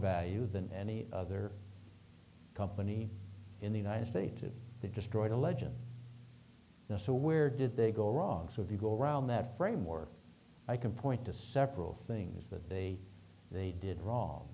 value than any other company in the united stated they destroyed a legend so where did they go wrong so if you go around that framework i can point to several things that they did wrong